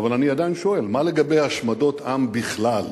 אבל אני עדיין שואל מה לגבי השמדות עם בכלל.